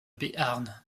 béarn